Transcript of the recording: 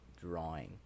drawing